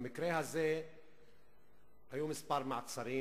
במקרה הזה היו כמה מעצרים.